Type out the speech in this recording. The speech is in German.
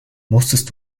musstest